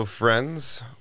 friends